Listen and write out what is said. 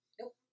Nope